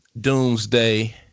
Doomsday